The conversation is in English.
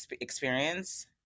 experience